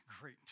great